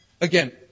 again